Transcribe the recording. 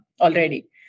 already